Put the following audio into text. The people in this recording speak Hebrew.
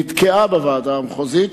נתקעה בוועדה המחוזית,